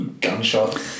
gunshot